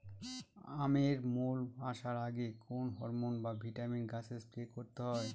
আমের মোল আসার আগে কোন হরমন বা ভিটামিন গাছে স্প্রে করতে হয়?